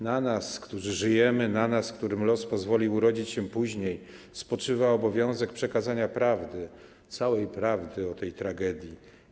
Na nas, którzy żyjemy, na nas, którym los pozwolił urodzić się później, spoczywa obowiązek przekazania całej prawdy o tej tragedii.